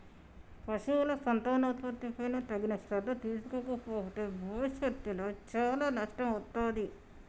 పశువుల సంతానోత్పత్తిపై తగిన శ్రద్ధ తీసుకోకపోతే భవిష్యత్తులో చాలా నష్టం వత్తాది